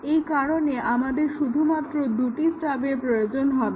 সেই কারণে আমাদের শুধুমাত্র দুটো স্টাবের প্রয়োজন হবে